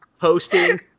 hosting